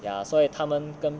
ya 所以他们跟